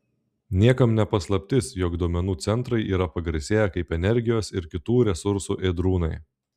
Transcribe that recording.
niekam ne paslaptis jog duomenų centrai yra pagarsėję kaip energijos ir kitų resursų ėdrūnai